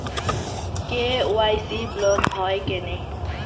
KYC block হয় কেনে?